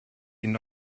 ihnen